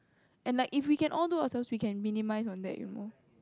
and like if we can all do ourselves we can minimise on that you know